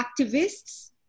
activists